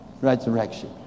Resurrection